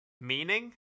Meaning